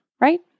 right